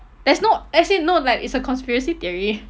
there's no as in no like it's a conspiracy theory